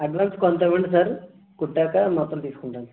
advance కొంత ఇవ్వండి sir కుట్టాకా మొత్తం తీసుకుంటాను సార్